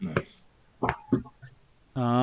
Nice